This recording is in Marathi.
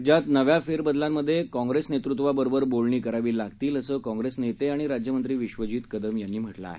राज्यातनव्याफेरबदलांमध्येकाँग्रेसनेतृत्वाबरोबरबोलणीकरावीलागतील असंकाँग्रेसनेतेआणिराज्यमंत्रीविश्वजीतकदमयांनीम्हटलंआहे